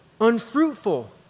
Unfruitful